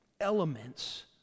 elements